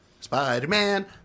Spider-Man